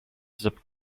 zip